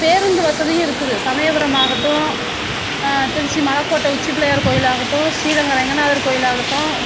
பேருந்து வசதியும் இருக்குது சமயபுரமாகட்டும் திருச்சி மலைக்கோட்டை உச்சிப்பிள்ளையார் கோயிலாகட்டும் ஸ்ரீரங்க ரங்கநாதர் கோயிலாகட்டும்